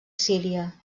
síria